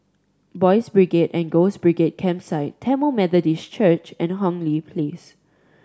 Boys' Brigade and Girls' Brigade Campsite Tamil Methodist Church and Hong Lee Place